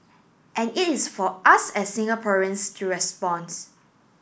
and it is for us as Singaporeans to responds